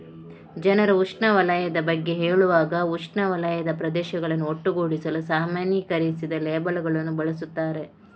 ಜನರು ಉಷ್ಣವಲಯದ ಬಗ್ಗೆ ಹೇಳುವಾಗ ಉಷ್ಣವಲಯದ ಪ್ರದೇಶಗಳನ್ನು ಒಟ್ಟುಗೂಡಿಸಲು ಸಾಮಾನ್ಯೀಕರಿಸಿದ ಲೇಬಲ್ ಗಳನ್ನು ಬಳಸುತ್ತಾರೆ